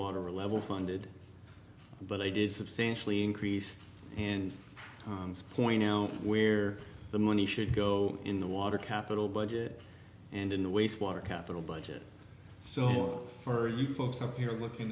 water level funded but they did substantially increased and point out where the money should go in the water capital budget and in the wastewater capital budget so more for you folks up here looking